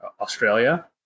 Australia